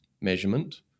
measurement